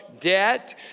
debt